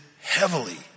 heavily